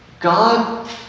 God